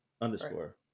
underscore